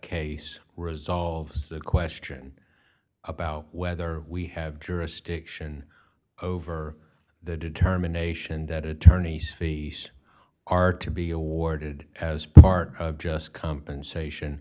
case resolves the question about whether we have jurisdiction over the determination that attorneys fees are to be awarded as part of just compensation